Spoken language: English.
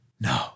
No